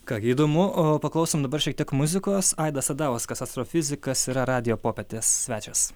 ką gi įdomu paklausom dabar šiek tiek muzikos aidas sadauskas astrofizikas yra radijo popietės svečias